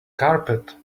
carpet